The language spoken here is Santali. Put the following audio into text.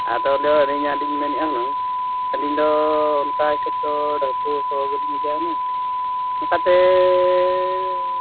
ᱟᱫᱚ ᱛᱚᱵᱮ ᱟᱹᱞᱤᱧᱦᱟᱸᱜᱞᱤᱧ ᱢᱮᱱᱮᱫᱼᱟ ᱦᱩᱱᱟᱹᱝ ᱟᱹᱞᱤᱧᱫᱚ ᱚᱱᱠᱟ ᱦᱤᱥᱟᱹᱵᱽᱫᱚ ᱰᱷᱟᱹᱢᱯᱩᱥᱚᱦᱚ ᱜᱮᱞᱤᱧ ᱚᱱᱠᱟᱛᱮᱻ